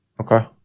Okay